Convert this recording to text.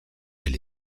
elle